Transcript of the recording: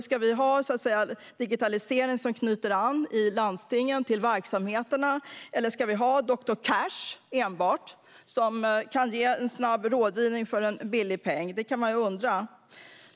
Ska vi ha digitalisering i landstingen som knyter an till verksamheterna, eller ska vi ha enbart Doktor Cash, som kan ge snabb rådgivning för en billig peng? Det kan man undra.